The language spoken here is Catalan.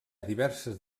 diverses